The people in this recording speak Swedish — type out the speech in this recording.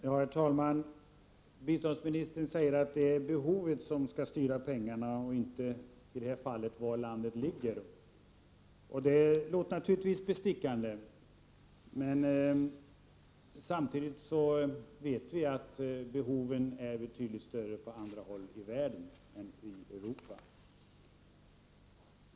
Herr talman! Biståndsministern säger att det är behovet som skall styra pengarna och inte, som i det här fallet, var landet ligger, och det låter natur ligtvis bestickande. Men vi vet samtidigt att behoven är betydligt större på andra håll i världen än i Europa.